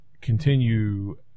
continue